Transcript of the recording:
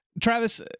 Travis